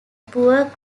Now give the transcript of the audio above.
poor